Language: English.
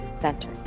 Center